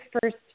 first